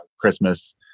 Christmas